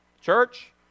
church